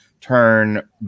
turn